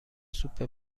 سوپ